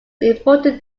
important